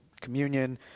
communion